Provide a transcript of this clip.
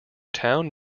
town